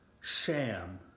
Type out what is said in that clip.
sham